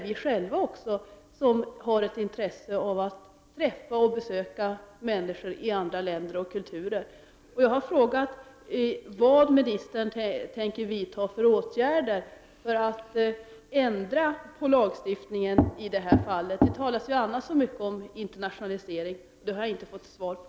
Vi själva har ju också ett intresse av att besöka människor i andra länder och se deras kulturer. Jag har frågat vilka åtgärder ministern tänker vidta för att ändra lagstiftningen i detta avseende. Det talas ju i andra sammanhang så mycket om internationalisering! Denna fråga har jag inte fått svar på.